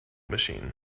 machine